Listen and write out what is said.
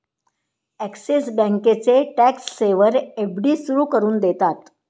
axis बँकेचे tax saver FD सुरू करून देतात